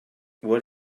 what